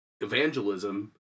evangelism